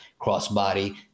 crossbody